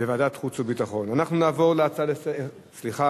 והביטחון נתקבלה.